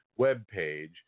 webpage